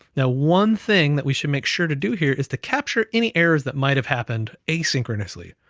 now, one thing that we should make sure to do here is to capture any errors that might have happened asynchronously,